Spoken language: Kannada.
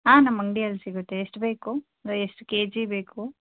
ಹಾಂ ನಮ್ಮ ಅಂಗಡಿಯಲ್ಲಿ ಸಿಗತ್ತೆ ಎಷ್ಟು ಬೇಕು ಅಂದರೆ ಎಷ್ಟು ಕೆಜಿ ಬೇಕು